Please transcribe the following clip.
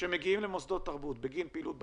שמגיעים למוסדות תרבות בגין פעילות ב-2019,